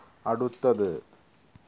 അടുത്തത്